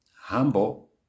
humble